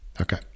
Okay